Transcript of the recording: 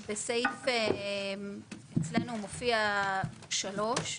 בסעיף, אצלנו הוא מופיע (3),